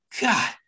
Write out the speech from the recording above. God